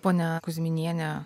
ponia kuzminiene